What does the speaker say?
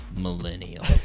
Millennial